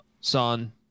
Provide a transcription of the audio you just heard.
son